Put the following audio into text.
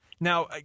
Now